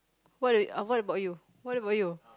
what if what about you what about you